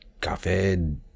Café